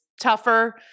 tougher